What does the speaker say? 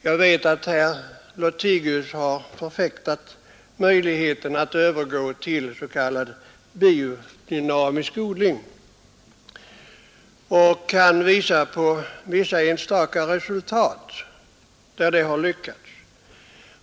Jag vet att herr Lothigius har förfäktat möjligheten att övergå till s.k. biodynamisk odling. Han visar då på vissa enstaka resultat där det har lyckats.